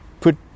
put